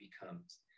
becomes